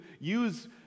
use